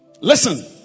Listen